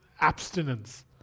abstinence